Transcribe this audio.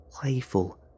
playful